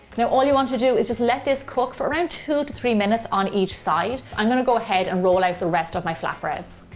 now all you want to do is just let this cook for around two three minutes on each side. i'm gonna go ahead and roll out the rest of my flatbreads.